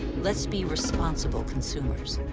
let's be responsible consumers.